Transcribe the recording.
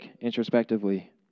introspectively